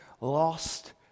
lost